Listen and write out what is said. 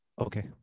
Okay